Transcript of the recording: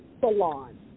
salon